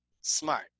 smart